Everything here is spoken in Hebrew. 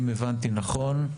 אם הבנתי נכון,